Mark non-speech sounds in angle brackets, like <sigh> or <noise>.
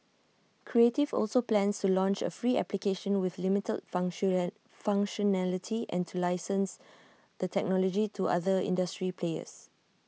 creative also plans to launch A free application with limited function <unintelligible> functionality and to license the technology to other industry players